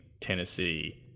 Tennessee